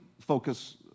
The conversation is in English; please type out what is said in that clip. focus